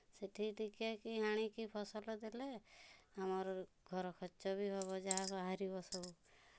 ସେଇଠି ଟିକେ କି ହାଣି କି ଫସଲ ଦେଲେ ଆମର ଘର ଖର୍ଚ୍ଚ ବି ହବ ଯାହା ବାହାରିବ ସବୁ